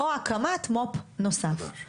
או הקמת מו"פ נוסף.